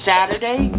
Saturday